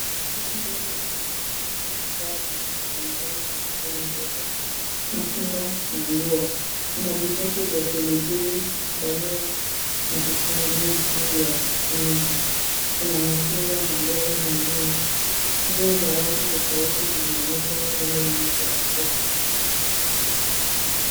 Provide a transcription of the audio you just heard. Soko ndogo linaonekana limejaa bidhaa mbalimbali kama vile mboga, matunda na nguo. Kuna vikapu vya pilipili, bamia na vitunguu juu ya meza. Kuna machungwa na mboga nyingine. Nguo za rangi tofauti zimeanikwa upande mmoja wa soko.